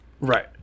Right